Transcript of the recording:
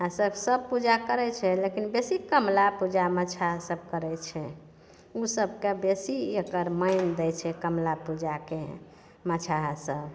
आओर सबसे पूजा करै छै लेकिन बेसी कमला पूजा मछाहसभ करै ओ सभकेँ बेसी एकर मानि दै छै कमला पूजाके मछाहसभ